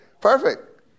Perfect